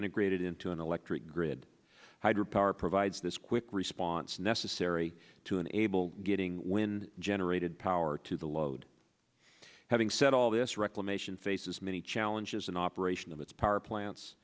integrated into an electric grid hydro power provides this quick response necessary to enable getting when generated power to the load having said all this reclamation faces many challenges in operation of its power plants